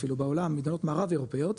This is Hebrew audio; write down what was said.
אפילו בעולם מדינות מערב אירופאיות,